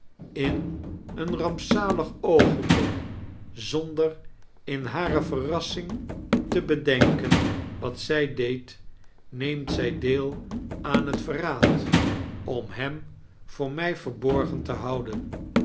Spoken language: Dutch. in eea rampzalig oogenblik z onder in hare verrassing te bedeniken wat zij deed neemt zij deel aan het verraad om hem voor mij verborgen te houden